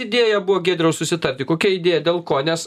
idėja buvo giedriau susitarti kokia idėja dėl ko nes